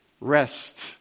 rest